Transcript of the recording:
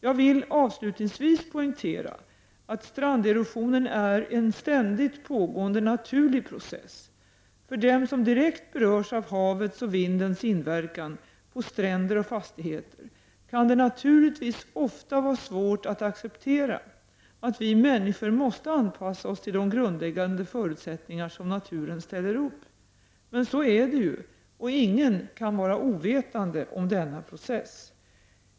Jag vill avslutningsvis poängtera att stranderosionen är en ständigt pågående naturlig process. För dem som direkt berörs av havets och vindens inverkan på stränder och fastigheter kan det naturligtvis ofta vara svårt att acceptera att vi människor måste anpassa oss till de grundläggande förutsätt ningar som naturen ställer upp. Men så är det ju, och ingen kan vara ovetande om denna process.